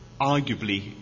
arguably